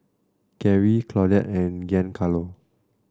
Garry Claudette and Giancarlo